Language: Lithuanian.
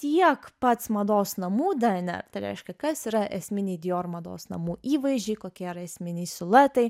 tiek pats mados namų dėener tai reiškia kas yra esminiai dior mados namų įvaizdžiai kokie yra esminiai siluetai